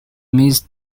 miss